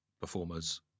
performers